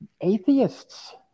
atheists